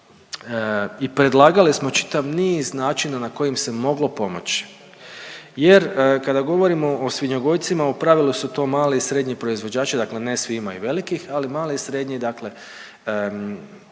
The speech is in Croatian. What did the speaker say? i predlagali smo čitav niz načina na kojim se moglo pomoći, jer kada govorimo o svinjogojcima u pravilu su to mali i srednji proizvođači, dakle ne svima. I velikih, ali mali i srednji dakle